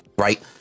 Right